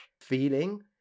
feeling